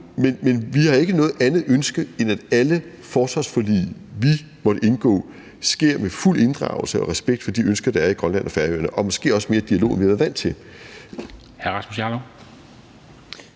Men vi har ikke noget andet ønske, end at alle forsvarsforlig, vi måtte indgå, sker med fuld inddragelse og respekt for de ønsker, der er i Grønland og på Færøerne, og måske også mere dialog, end vi har været vant til. Kl.